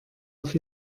auf